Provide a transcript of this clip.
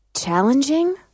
Challenging